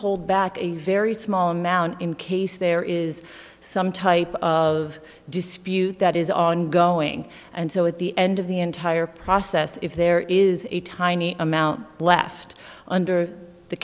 hold back a very small amount in case there is some type of dispute that is ongoing and so at the end of the entire process if there is a tiny amount left under the